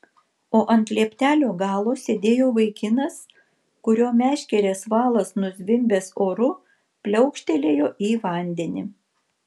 o ant lieptelio galo sėdėjo vaikinas kurio meškerės valas nuzvimbęs oru pliaukštelėjo į vandenį